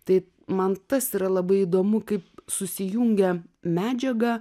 tai man tas yra labai įdomu kaip susijungia medžiaga